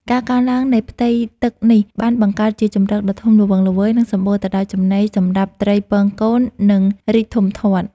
ការកើនឡើងនៃផ្ទៃទឹកនេះបានបង្កើតជាជម្រកដ៏ធំល្វឹងល្វើយ និងសម្បូរទៅដោយចំណីសម្រាប់ត្រីពងកូន និងរីកធំធាត់។